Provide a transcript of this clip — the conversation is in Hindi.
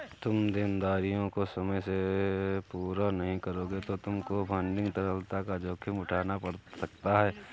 तुम देनदारियों को समय से पूरा नहीं करोगे तो तुमको फंडिंग तरलता का जोखिम उठाना पड़ सकता है